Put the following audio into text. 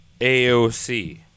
AOC